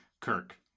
Kirk